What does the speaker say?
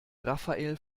rafael